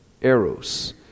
eros